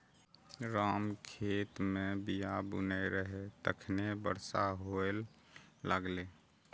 राम खेत मे बीया बुनै रहै, तखने बरसा हुअय लागलै